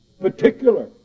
Particular